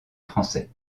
français